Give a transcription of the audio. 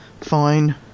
Fine